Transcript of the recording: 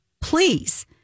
Please